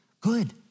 good